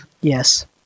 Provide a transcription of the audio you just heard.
Yes